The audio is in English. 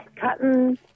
cotton